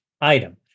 item